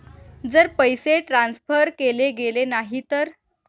जर पैसे ट्रान्सफर केले गेले नाही तर?